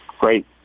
great